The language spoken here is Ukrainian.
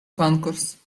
конкурс